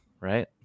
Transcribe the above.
right